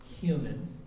human